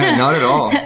not at all.